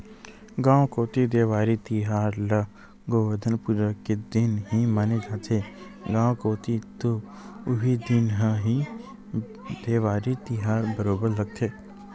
गाँव कोती देवारी तिहार ल गोवरधन पूजा के दिन ही माने जाथे, गाँव कोती तो उही दिन ह ही देवारी तिहार बरोबर लगथे